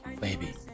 baby